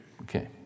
Okay